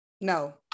No